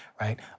right